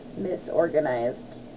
misorganized